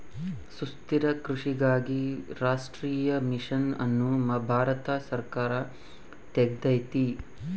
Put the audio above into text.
ಸುಸ್ಥಿರ ಕೃಷಿಗಾಗಿ ರಾಷ್ಟ್ರೀಯ ಮಿಷನ್ ಅನ್ನು ಭಾರತ ಸರ್ಕಾರ ತೆಗ್ದೈತೀ